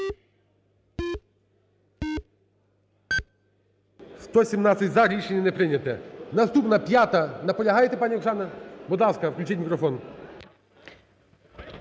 За-119 Рішення не прийнято. Наступна 5-а. Наполягаєте, пані Оксано? Будь ласка, включіть мікрофон.